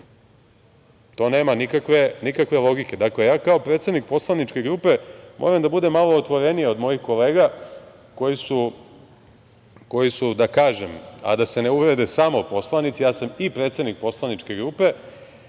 To nema nikakve logike. Dakle, ja kao predsednik poslaničke grupe moram da budem malo otvoreniji od mojih kolega koji su, da kažem, a da se ne uvrede, samo poslanici, ja sam i predsednik poslaničke grupe